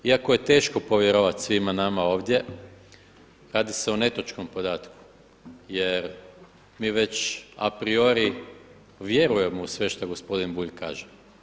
Iako je teško povjerovati svima nama ovdje radi se o netočnom podatku, jer mi već a priori vjerujemo u sve šta gospodin Bulj kaže.